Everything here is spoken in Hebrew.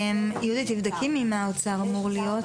אני מברך את חברותיי חברת הכנסת לסקי ופרידמן על הדיון החשוב הזה.